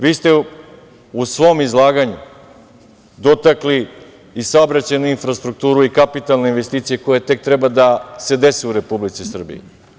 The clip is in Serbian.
Vi ste u svom izlaganju dotakli i saobraćajnu infrastrukturu i kapitalne investicije koje tek treba da se dese u Republici Srbiji.